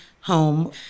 home